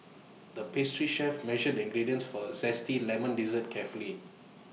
the pastry chef measured the ingredients for A Zesty Lemon Dessert carefully